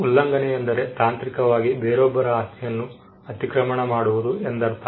ಉಲ್ಲಂಘನೆ ಎಂದರೆ ತಾಂತ್ರಿಕವಾಗಿ ಬೇರೊಬ್ಬರ ಆಸ್ತಿಯನ್ನು ಅತಿಕ್ರಮಣ ಮಾಡುವುದು ಎಂದರ್ಥ